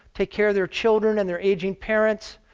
take care of their children and their aging parents.